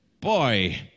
Boy